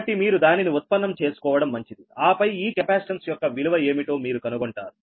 కాబట్టి మీరు దానిని ఉత్పన్నం చేసుకోవడం మంచిది ఆపై ఈ కెపాసిటెన్స్ యొక్క విలువ ఏమిటో మీరు కనుగొంటారు